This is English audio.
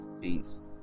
peace